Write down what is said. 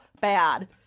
bad